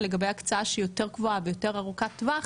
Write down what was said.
לגבי הקצאה שהיא יותר קבועה ויותר ארוכת טווח,